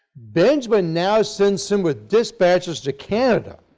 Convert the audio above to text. benjamin now sends him with dispatches to canada.